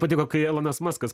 patiko kai elonas maskas